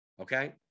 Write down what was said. Okay